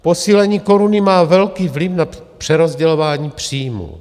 Posílení koruny má velký vliv na přerozdělování příjmů.